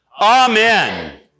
Amen